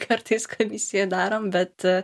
kartais komisija darom bet